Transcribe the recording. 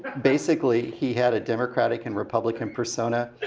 basically, he had a democratic and republican persona,